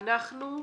אנחנו,